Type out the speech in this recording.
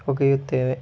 ಒಗೆಯುತ್ತೇವೆ